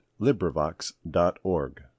LibriVox.org